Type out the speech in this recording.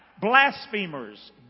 Blasphemers